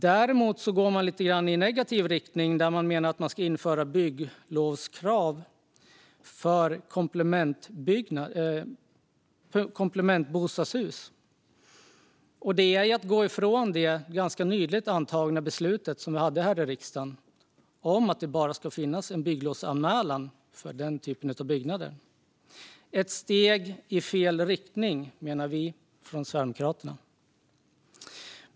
Däremot går man i lite negativ riktning när man menar att lovplikt ska införas för komplementbostadshus. Det är att gå ifrån det nyligen antagna beslutet i riksdagen om enbart bygglovsanmälan för den typen av byggnader. Det är ett steg i fel riktning menar vi från Sverigedemokraterna.